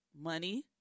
money